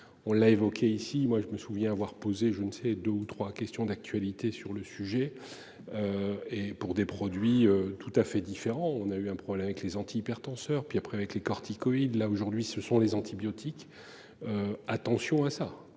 on l'a évoqué ici, moi je me souviens avoir posé, je ne sais 2 ou 3 questions d'actualité sur le sujet. Et pour des produits tout à fait différent. On a eu un problème avec les antihypertenseurs puis après avec les corticoïdes là aujourd'hui ce sont les antibiotiques. Attention à ça.